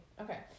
Okay